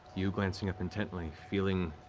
you glancing up intently, feeling